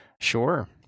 Sure